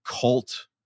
cult